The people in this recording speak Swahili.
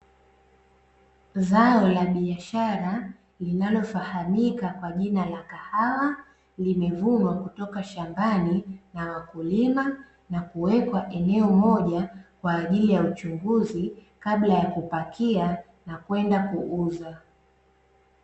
Zao la biashara linalofahamika kwa jina la kahawa limevunwa kutoka shambani na wakulima na kuwekwa eneo moja kwa ajili ya uchunguzi kabla ya kupakia na kwenda kuuza.